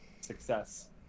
success